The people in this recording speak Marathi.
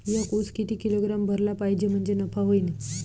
एक उस किती किलोग्रॅम भरला पाहिजे म्हणजे नफा होईन?